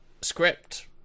script